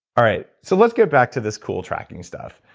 all right, so let's get back to this cool tracking stuff.